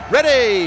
Ready